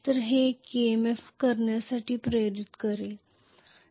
तर हे एक EMF करण्यासाठी प्रेरित करेल